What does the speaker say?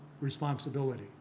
responsibility